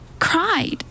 cried